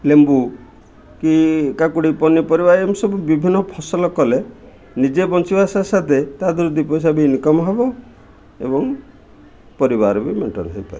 ଲେମ୍ବୁ କି କାକୁଡ଼ି ପନିପରିବା ଏମିତି ସବୁ ବିଭିନ୍ନ ଫସଲ କଲେ ନିଜେ ବଞ୍ଚିବା ସାଥେସାଥେ ତା ଦିହରୁ ଦୁଇ ପଇସା ବି ଇନକମ୍ ହେବ ଏବଂ ପରିବାର ବି ମେଣ୍ଟେନ ହେଇପାରେ